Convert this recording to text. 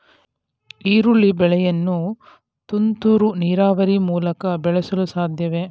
ಈರುಳ್ಳಿ ಬೆಳೆಯನ್ನು ತುಂತುರು ನೀರಾವರಿ ಮೂಲಕ ಬೆಳೆಸಲು ಸಾಧ್ಯವೇ?